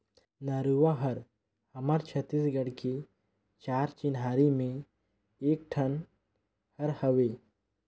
नरूवा हर हमर छत्तीसगढ़ के चार चिन्हारी में एक ठन हर हवे